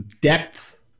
depth